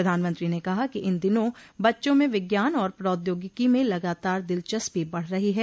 प्रधानमंत्री ने कहा कि इन दिनों बच्चों में विज्ञान और प्रौद्योगिकी में लगातार दिलचस्पी बढ़ रही है